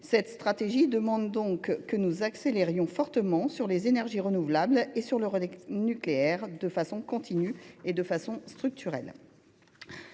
Cette stratégie exige donc que nous accélérions fortement le rythme sur les énergies renouvelables et sur le nucléaire, de façon continue et de façon structurelle.